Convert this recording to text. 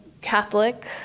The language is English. Catholic